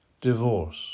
divorce